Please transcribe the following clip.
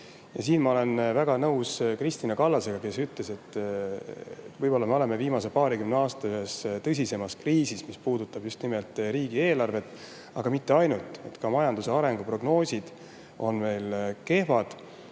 Siin ma olen väga nõus Kristina Kallasega, kes ütles, et võib-olla me oleme viimase paarikümne aasta ühes tõsisemas kriisis, mis puudutab just nimelt riigieelarvet, aga mitte ainult – ka majanduse arenguprognoosid on kehvad.